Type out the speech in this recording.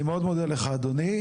אני מאוד מודה לך אדוני.